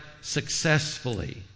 successfully